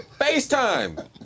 FaceTime